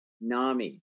NAMI